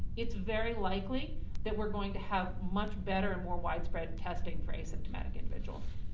it's very likely that we're going to have much better and more widespread testing for asymptomatic individual.